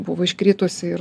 buvo iškritusi ir